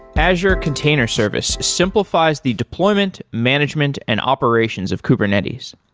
azure container service simplifies the deployment, management and operations of kubernetes.